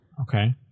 Okay